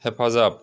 हेफाजाब